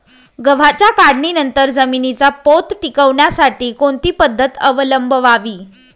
गव्हाच्या काढणीनंतर जमिनीचा पोत टिकवण्यासाठी कोणती पद्धत अवलंबवावी?